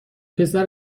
پسر